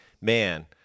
man